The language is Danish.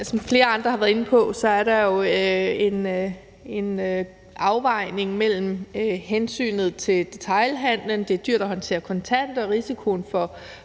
Som flere andre har været inde på, er der jo en afvejning mellem hensynet til detailhandelen, altså at det på den ene side er